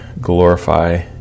glorify